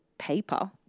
paper